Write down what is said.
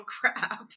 crap